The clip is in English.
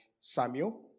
Samuel